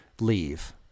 leave